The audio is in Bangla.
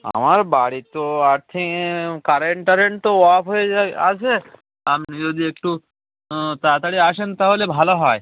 আমার বাড়ি তো আর্থিংয়ে কারেন্ট টারেন্ট তো অফ হয়ে যায় আছে আপনি যদি একটু তাড়াতাড়ি আসেন তাহলে ভালো হয়